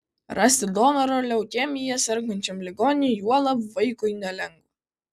rasti donorą leukemija sergančiam ligoniui juolab vaikui nelengva